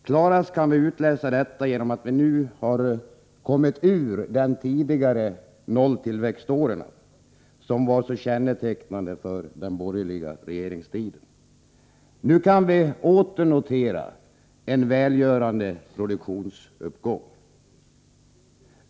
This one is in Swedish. Klarast kan vi utläsa detta på att vi nu kommit ur de tidigare nolltillväxtåren, vilka var kännetecknande för den borgerliga regeringstiden. Nu kan vi åter notera en välgörande produktionsuppgång.